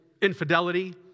infidelity